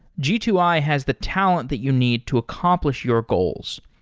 g two i has the talent that you need to accomplish your goals.